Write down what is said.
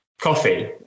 coffee